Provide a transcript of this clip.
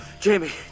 Jamie